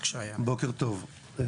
בוקר טוב,